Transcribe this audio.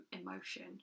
emotion